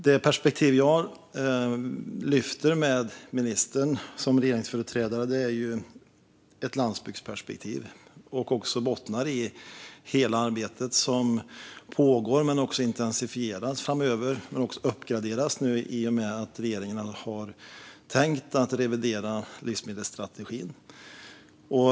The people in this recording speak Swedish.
Det perspektiv jag tar upp med ministern som regeringsföreträdare är ett landsbygdsperspektiv som bottnar i hela det arbete som pågår, ett arbete som intensifieras framöver men också uppgraderas i och med att regeringen har tänkt revidera livsmedelsstrategin.